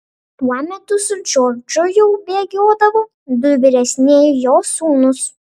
tuo metu su džordžu jau bėgiodavo du vyresnieji jo sūnūs